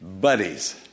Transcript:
buddies